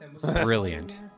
brilliant